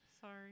sorry